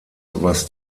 was